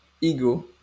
ego